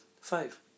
five